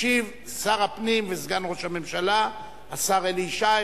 ישיב שר הפנים וסגן ראש הממשלה השר אלי ישי.